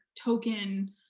token